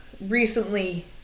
recently